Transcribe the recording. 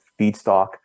feedstock